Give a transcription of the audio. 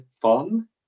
fun